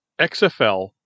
XFL